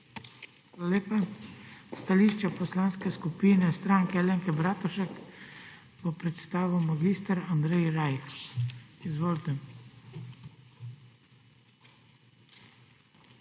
Hvala lepa. Stališče Poslanske skupine Stranke Alenke Bratušek bo predstavil mag. Andrej Rajh. Izvolite. MAG.